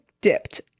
dipped